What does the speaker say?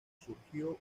surgió